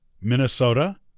Minnesota